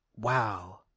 wow